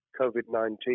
COVID-19